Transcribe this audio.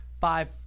five